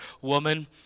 woman